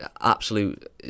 Absolute